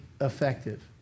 effective